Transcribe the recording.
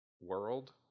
world